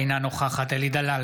אינה נוכחת אלי דלל,